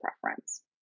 preference